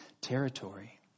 territory